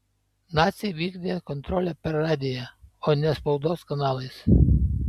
naciai vykdė kontrolę per radiją o ne spaudos kanalais